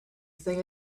thing